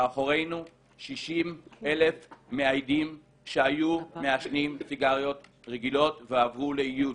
מאחורינו 60,000 מאיידים שהיו מעשנים סיגריות רגילות ועברו לאיוד.